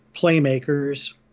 playmakers